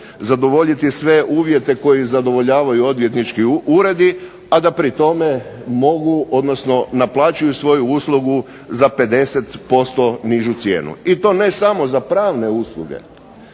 zadovoljiti sve uvjete koji zadovoljavaju odvjetnički uredi, a da pri tome mogu, odnosno naplaćuju svoju uslugu za 50% nižu cijenu i to ne samo za pravne usluge.